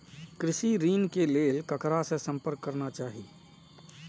कृषि ऋण के लेल ककरा से संपर्क करना चाही?